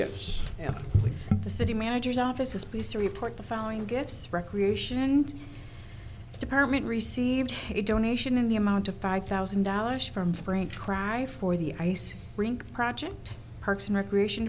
into the city manager's office is pleased to report the following gifts recreation and department received a donation in the amount of five thousand dollars from frank cry for the ice rink project parks and recreation